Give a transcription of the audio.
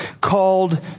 called